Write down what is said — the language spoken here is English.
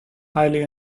highly